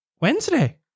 Wednesday